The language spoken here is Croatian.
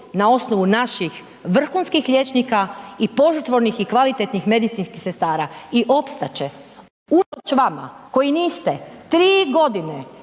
na osnovu naših vrhunskih liječnika i požrtvovnih i kvalitetnih medicinskih sestara i opstat će unatoč vama koji niste 3.g.